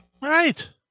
Right